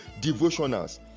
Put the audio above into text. devotionals